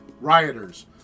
rioters